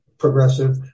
progressive